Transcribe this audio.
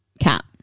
cat